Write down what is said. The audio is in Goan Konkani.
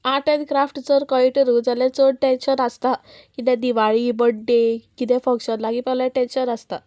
आर्ट एंड क्राफ्ट जर कयटा न्हू जाल्यार चड टेंशन आसना किद्या दिवाळी बड्डे किदें फंक्शन लागीं पावल्यार टेंशन आसता